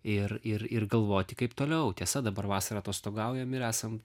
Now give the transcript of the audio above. ir ir ir galvoti kaip toliau tiesa dabar vasarą atostogaujam ir esam